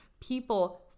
people